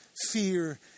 fear